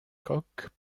coque